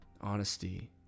honesty